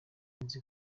nzi